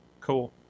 Cool